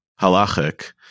halachic